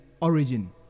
origin